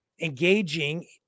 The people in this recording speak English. engaging